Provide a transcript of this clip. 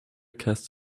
casts